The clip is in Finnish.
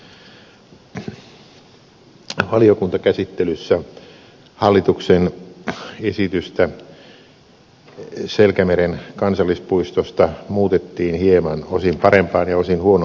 valiokuntakäsittelyssä hallituksen esitystä selkämeren kansallispuistosta muutettiin hieman osin parempaan ja osin huonompaan suuntaan